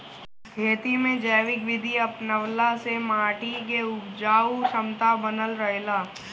खेती में जैविक विधि अपनवला से माटी के उपजाऊ क्षमता बनल रहेला